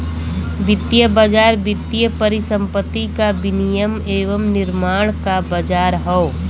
वित्तीय बाज़ार वित्तीय परिसंपत्ति क विनियम एवं निर्माण क बाज़ार हौ